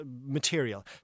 material